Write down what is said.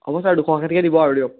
হ'ব ছাৰ দুশ আশীকৈ দিব আৰু দিয়ক